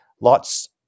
lots